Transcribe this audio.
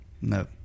No